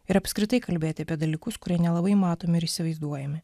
ir apskritai kalbėti apie dalykus kurie nelabai matomi ir įsivaizduojami